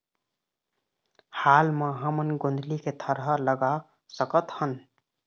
हाल मा हमन गोंदली के थरहा लगा सकतहन?